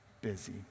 busy